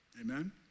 Amen